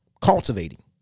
Cultivating